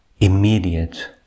immediate